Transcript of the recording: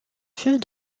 fut